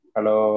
Hello